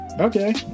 Okay